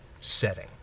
setting